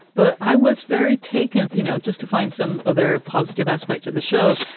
but i was very taken, you know, just to find some other positive aspect to the show.